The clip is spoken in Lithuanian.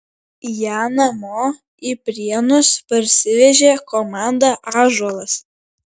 ją namo į prienus parsivežė komanda ąžuolas